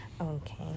Okay